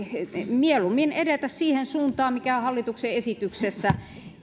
mieluummin edetä siihen suuntaan mikä hallituksen esityksessä